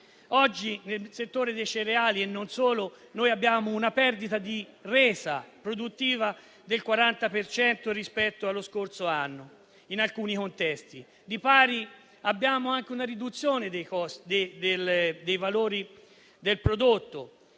oggi, nel settore dei cereali e non solo, abbiamo una perdita di resa produttiva del 40 per cento rispetto allo scorso anno in alcuni contesti; di pari, abbiamo anche una riduzione dei valori del prodotto,